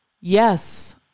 yes